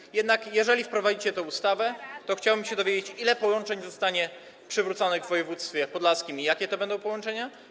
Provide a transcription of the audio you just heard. Jeżeli jednak wprowadzicie tę ustawę, to chciałbym się dowiedzieć: Ile połączeń zostanie przywróconych w województwie podlaskim i jakie to będą połączenia?